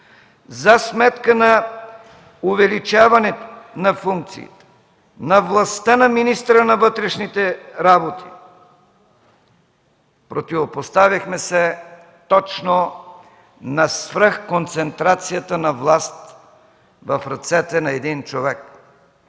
за сметка на увеличаване на функциите на властта на министъра на вътрешните работи. Противопоставихме се точно на свръхконцентрацията на власт в ръцете на един човек.